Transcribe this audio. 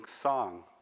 song